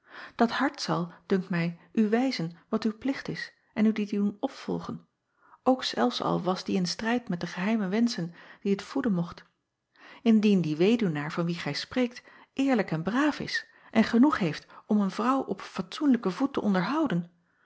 at hart zal dunkt mij u wijzen wat uw plicht is en u dien doen opvolgen acob van ennep laasje evenster delen ook zelfs al was die in strijd met de geheime wenschen die het voeden mocht ndien die weduwnaar van wien gij spreekt eerlijk en braaf is en genoeg heeft om een vrouw op een fatsoenlijken voet te onderhouden